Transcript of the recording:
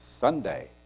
Sunday